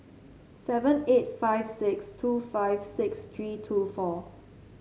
seven eight five six two five six three two four